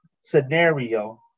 scenario